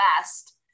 best